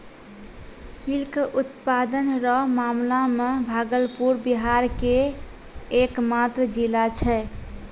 silk उत्पादन रो मामला मे भागलपुर बिहार के एकमात्र जिला छै